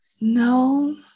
No